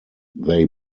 they